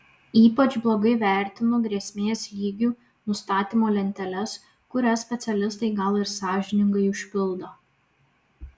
ypač blogai vertinu grėsmės lygių nustatymo lenteles kurias specialistai gal ir sąžiningai užpildo